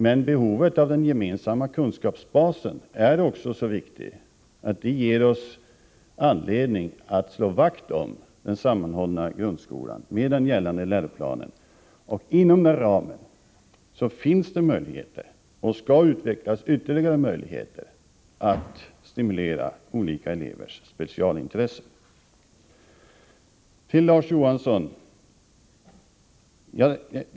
Men också behovet av en gemensam kunskapsbas är så väsentligt att det ger oss anledning att slå vakt om den sammanhållna grundskolan med gällande läroplan. Inom den ramen finns det möjligheter — och skall utvecklas ytterligare möjligheter — att stimulera olika elevers specialintressen.